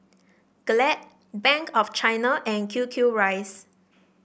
Glad Bank of China and Q Q rice